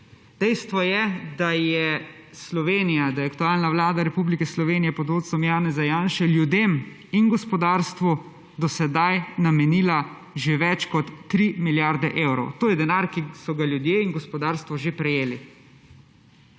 Dejstvo je, da je Slovenija, da je aktualna vlada Republike Slovenije pod vodstvom Janeza Janše ljudem in gospodarstvu do sedaj namenila že več kot 3 milijarde evrov. To je denar, ki so ga ljudje in gospodarstvo že prejeli.